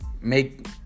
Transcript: make